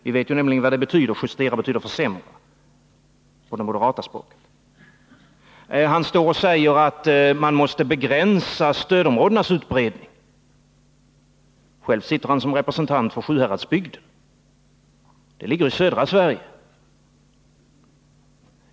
Vi vet nämligen vad det betyder; justera betyder försämra på det moderata språket. Sten Svensson säger att man måste begränsa stödområdenas utbredning. Själv sitter han som representant för Sjuhäradsbygden. Den ligger i södra Sverige.